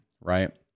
right